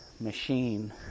machine